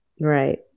Right